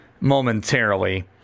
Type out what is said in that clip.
momentarily